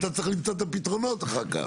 אתה צריך למצוא את הפתרונות אחר כך.